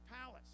palace